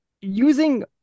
using